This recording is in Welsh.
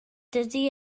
dydy